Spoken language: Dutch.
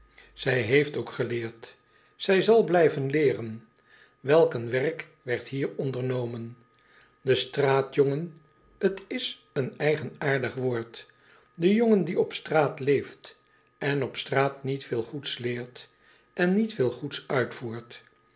en potlood eel ook geleerd ij zal blijven leeren welk een werk werd hier ondernomen de straatjongen t is een eigenaardig woord de jongen die op straat leeft en op straat niet veel goeds leert en niet veel goeds uitvoert